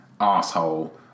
asshole